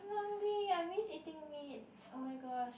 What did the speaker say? hungry I miss eating meat oh my gosh